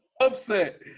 upset